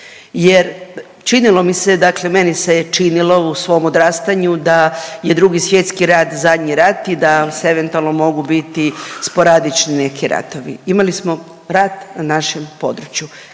jer činilo mi se, dakle meni se je činilo u svom odrastanju da je Drugi svjetski rat zadnji rat i da se eventualno mogu biti sporadični neki ratovi. Imali smo rat na našem području.